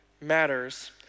matters